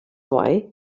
way